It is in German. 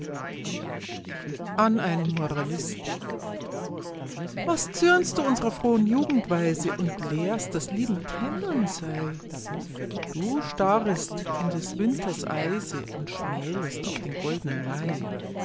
an einen moralisten was zürnst du unsrer frohen jugendweise und lehrst daß lieben tändeln sei du starrest in des winters eise und schmälest auf den goldnen mai